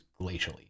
glacially